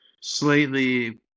slightly